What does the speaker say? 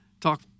talk